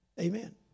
Amen